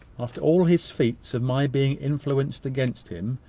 after all his feats of my being influenced against him,